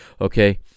Okay